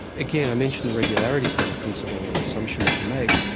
again i mention the regularity kind of principle or assumption that you make.